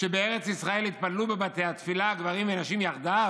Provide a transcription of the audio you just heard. שבארץ ישראל יתפללו בבתי התפילה גברים ונשים יחד?